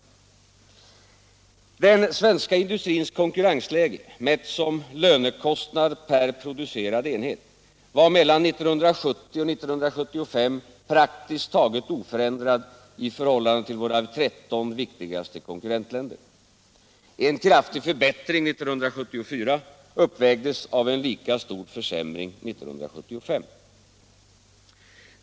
1) Den svenska industrins konkurrensläge, mätt som lönekostnad per producerad enhet, var mellan 1970 och 1975 praktiskt taget oförändrad i förhållande till våra 13 viktigaste konkurrentländer. En kraftig förbättring 1974 uppvägdes av en lika stor försämring 1975.